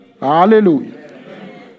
Hallelujah